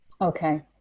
Okay